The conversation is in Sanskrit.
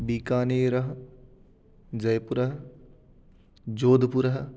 बिकानेरः जयपुरः जोधपुरः